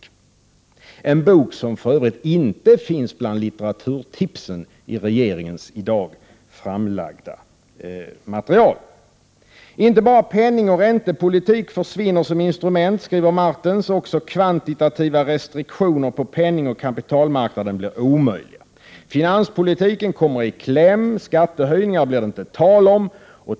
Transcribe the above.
Det är en bok som för övrigt inte finns med bland litteraturtipsen i regeringens i dag framlagda material. Inte bara penningoch räntepolitik försvinner som instrument, skriver Martens. Även kvantitativa restriktioner på penningoch kapitalmarknaden blir omöjliga. Finanspolitiken kommer i kläm, skattehöjningar blir det inte tal om.